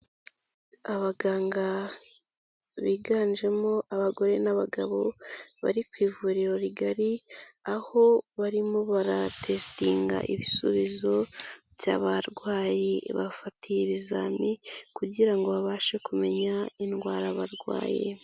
Abaganga biganjemo abagore n'abagabo, bari ku ivuriro rigari, aho barimo baratesitinga ibisubizo by'abarwayi bafatiye ibizami kugira ngo babashe kumenya indwara barwayi.